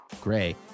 Gray